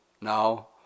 now